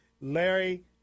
Larry